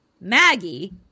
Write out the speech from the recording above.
Maggie